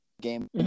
game